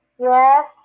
Yes